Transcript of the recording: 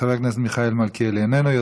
חבר הכנסת מיכאל מלכיאלי, איננו.